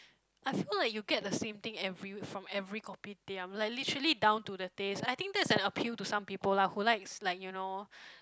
I feel like you get the same thing every from every Kopitiam like literally down to the taste I think that's an appeal to some people lah who likes like you know